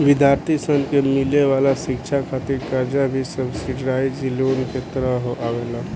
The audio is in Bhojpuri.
विद्यार्थी सन के मिले वाला शिक्षा खातिर कर्जा भी सब्सिडाइज्ड लोन के तहत आवेला